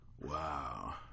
Wow